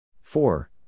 four